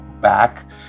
back